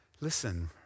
Listen